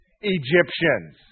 Egyptians